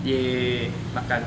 !yay! makan